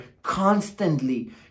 constantly